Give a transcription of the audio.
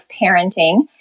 parenting